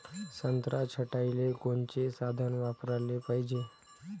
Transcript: संत्रा छटाईले कोनचे साधन वापराले पाहिजे?